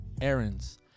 errands